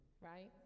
right